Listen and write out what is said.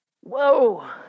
Whoa